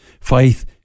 Faith